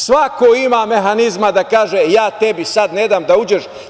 Svako ima mehanizma da kaže – ja tebi sad ne dam da uđeš.